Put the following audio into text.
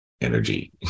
energy